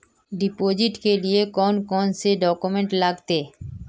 Deposit के लिए कौन कौन से डॉक्यूमेंट लगते?